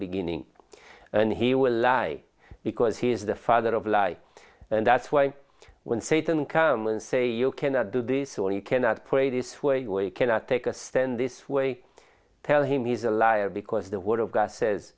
beginning and he will lie because he is the father of lies and that's why when satan come and say you cannot do this or you cannot pray this way where you cannot take a stand this way tell him he's a liar because the word of god says